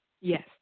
Yes